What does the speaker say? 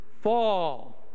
fall